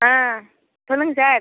ஆ சொல்லுங்கள் சார்